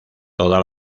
toda